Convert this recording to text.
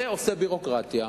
זה עושה ביורוקרטיה.